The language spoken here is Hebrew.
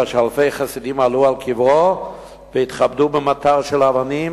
כאשר אלפי חסידים עלו על קברו והתכבדו במטר של אבנים